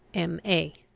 m a.